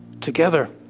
together